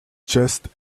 just